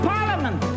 Parliament